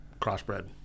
crossbred